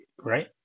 right